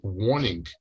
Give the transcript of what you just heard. warning